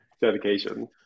Dedication